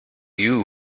you